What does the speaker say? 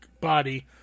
body